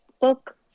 book